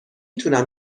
تونم